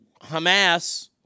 Hamas